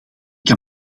kan